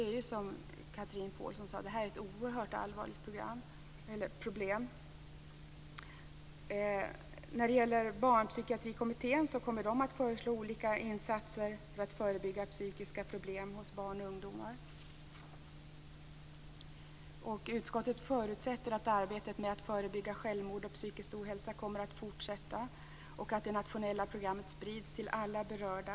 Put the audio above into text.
Precis som Chatrine Pålsson sade är detta ett oerhört allvarligt problem. Barnpsykiatrikommittén kommer att föreslå olika insatser för att förebygga psykiska problem hos barn och ungdomar. Utskottet förutsätter att arbetet med att förebygga självmord och psykisk ohälsa fortsätter och att det nationella programmet sprids till alla berörda.